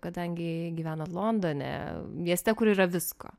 kadangi gyvenate londone mieste kur yra visko